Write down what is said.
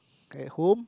at home